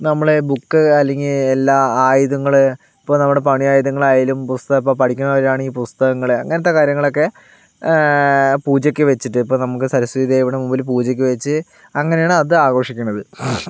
നമ്മളെ ബുക്ക് അല്ലെങ്കിൽ എല്ലാ ആയുധങ്ങൾ ഇപ്പോൾ നമ്മുടെ പണി ആയുധങ്ങൾ ആയാലും പുസ്തകം ഇപ്പോൾ പഠിക്കുന്നവർ ആണെങ്കിൽ പുസ്തകങ്ങൾ അങ്ങനത്തെ കാര്യങ്ങളൊക്കെ പൂജയ്ക്ക് വെച്ചിട്ട് ഇപ്പോൾ നമുക്ക് സരസ്വതി ദേവിയുടെ മുമ്പിൽ പൂജയ്ക്ക് വെച്ച് അങ്ങനെയാണ് അത് ആഘോഷിക്കണത്